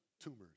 tumors